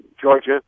Georgia